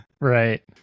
Right